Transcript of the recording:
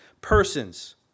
persons